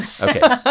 Okay